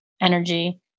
energy